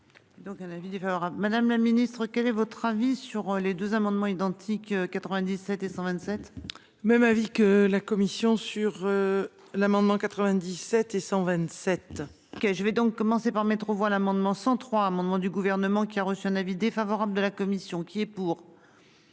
madame la Ministre, quel est votre avis sur les deux amendements identiques, 97 et 127. Même avis que la commission sur. L'amendement 97 et 127. Je vais donc commencer par mettre aux voix l'amendement 103 amendement du gouvernement qui a reçu un avis défavorable de la commission qui est pour.